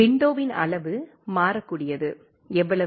விண்டோவின் அளவு மாறக்கூடியது எவ்வளவு